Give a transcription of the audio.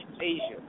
Asia